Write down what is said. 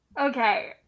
Okay